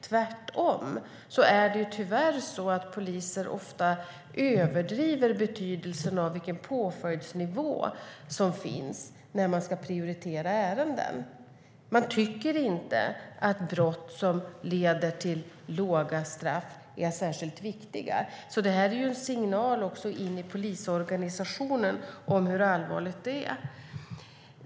Tvärtom är det tyvärr så att poliser ofta överdriver betydelsen av vilken påföljdsnivå som finns när man ska prioritera ärenden. Man tycker inte att brott som leder till låga straff är särskilt viktiga. Det här är en signal in i polisorganisationen om hur allvarligt detta är.